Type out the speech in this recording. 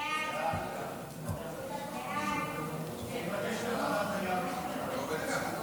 ההצעה להעביר את הצעת חוק